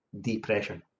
depression